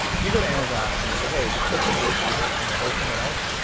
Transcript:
if you go to amazon and you say, hey, this book was worth reading, and tell someone else,